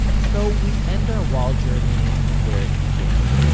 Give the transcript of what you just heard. so we end our wall journey where it began.